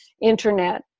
internet